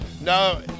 No